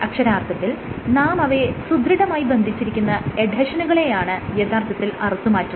അക്ഷരാർത്ഥത്തിൽ നാം അവയെ സുദൃഢമായി ബന്ധിച്ചിരിക്കുന്ന എഡ്ഹെഷനുകളെയാണ് യഥാർത്ഥത്തിൽ അറുത്തുമാറ്റുന്നത്